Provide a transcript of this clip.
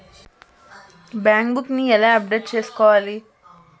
Bank book నీ ఎలా update చేసుకోవాలి?